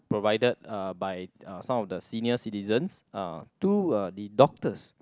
provided uh by some of the senior citizens uh to the doctors